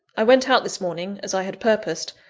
i went out this morning, as i had purposed,